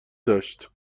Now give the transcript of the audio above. داشت